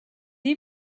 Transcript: you